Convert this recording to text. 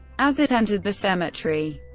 as it entered the cemetery,